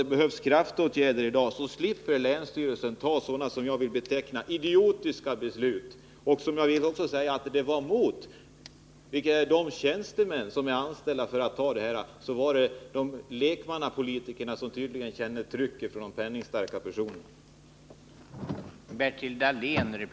Det behövs kraftåtgärder, Bertil Dahlén, så att länsstyrelsen slipper fatta sådana här beslut, som jag vill beteckna som idiotiska. Jag vill tillägga att tjänstemännen i länsstyrelsen var emot beslutet, så det var lekmannapolitikerna som i det här fallet tydligen kände ett tryck från de penningstarka personerna.